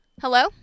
Hello